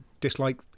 dislike